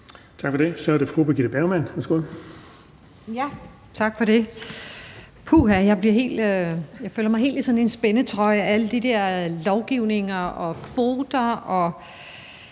Bergman. Kl. 13:29 Birgitte Bergman (KF): Tak for det. Puha, jeg føler mig helt som i en spændetrøje af alle de der lovgivninger og kvoter og